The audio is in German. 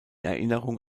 erinnerung